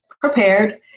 prepared